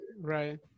Right